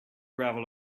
gravel